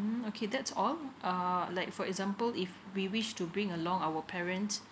mm okay that's all um like for example if we wish to bring along our parents